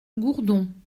gourdon